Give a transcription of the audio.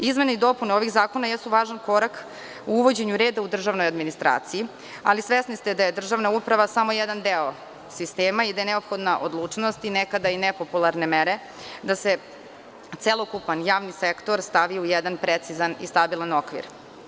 Izmene i dopune ovih zakona jesu važan korak u uvođenju reda u državnoj administraciji, ali svesni ste da je državna uprava samo jedan deo sistema i da je neophodna odlučnost i nekada i nepopularne mere da se celokupan javni sektor stavi u jedan precizan i stabilan okvir.